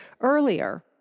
earlier